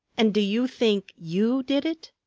and do you think you did it?